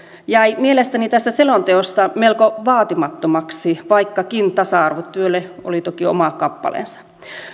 jäi mielestäni tässä selonteossa melko vaatimattomaksi vaikkakin tasa arvotyölle oli toki oma kappaleensa